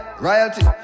royalty